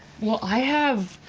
well, i have